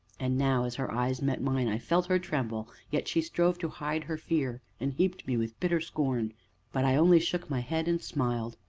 and now, as her eyes met mine, i felt her tremble, yet she strove to hide her fear, and heaped me with bitter scorn but i only shook my head and smiled.